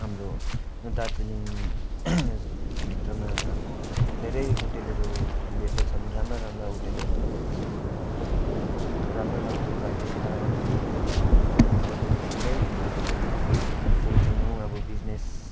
हाम्रो दार्जिलिङ भित्रमा अब धेरै होटेलहरू खोलिएका छन् राम्रा राम्रा होटेलहरू खोलेका छन् अब राम्रो राम्रो फाइभ स्टारहरू होटेलहरू पुरा खोलेका छन् सान्सानो अब बिजिनेस